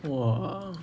!wah!